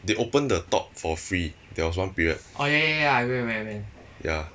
they open the top for free there was one period ya